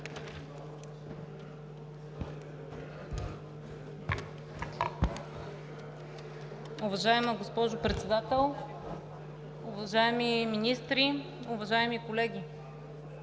Уважаема госпожо Председател, уважаеми министри, уважаеми колеги